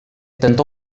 tentò